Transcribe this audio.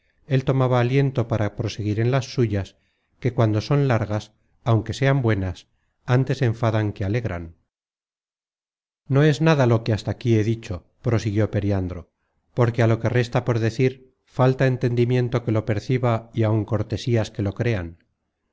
search generated at para proseguir en las suyas que cuando son largas aunque sean buenas ántes enfadan que alegran no es nada lo que hasta aquí he dicho prosiguió periandro porque á lo que resta por decir falta entendimiento que lo perciba y áun cortesías que lo crean